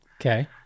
Okay